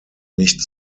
nicht